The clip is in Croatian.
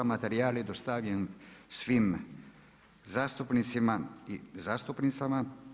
Materijal je dostavljen svim zastupnicima i zastupnicama.